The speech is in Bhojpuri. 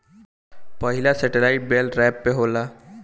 पहिला सेटेलाईट बेल रैपर होला